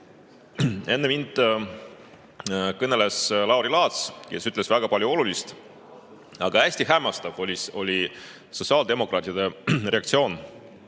saa. Enne mind kõneles Lauri Laats, kes ütles väga palju olulist. Aga hästi hämmastav oli sotsiaaldemokraatide reaktsioon